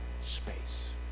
space